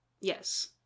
Yes